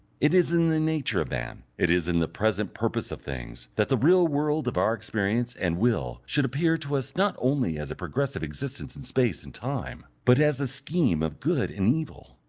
it is in the nature of man, it is in the present purpose of things, that the real world of our experience and will should appear to us not only as a progressive existence in space and time, but as a scheme of good and evil.